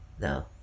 no